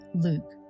Luke